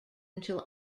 until